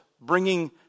bringing